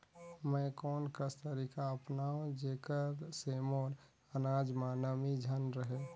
मैं कोन कस तरीका अपनाओं जेकर से मोर अनाज म नमी झन रहे?